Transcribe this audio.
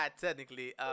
technically